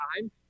time